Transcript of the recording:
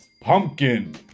Pumpkin